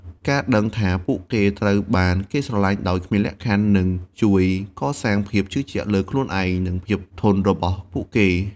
ការដឹងថាពួកគេត្រូវបានគេស្រឡាញ់ដោយគ្មានលក្ខខណ្ឌ នឹងជួយកសាងភាពជឿជាក់លើខ្លួនឯង និងភាពធន់របស់ពួកគេ។